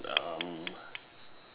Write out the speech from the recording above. um